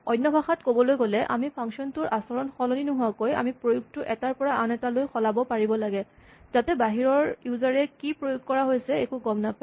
অন্য ভাষাত ক'লৈ গ'লে আমি ফাংচন টোৰ আচৰণ সলনি নোহোৱাকৈ আমি প্ৰয়োগটো এটাৰ পৰা আন এটালৈ সলাব পাৰিব লাগে যাতে বাহিৰৰ ইউজাৰ এ কি প্ৰয়োগ ব্যৱহাৰ কৰা হৈছে একো গম নাপায়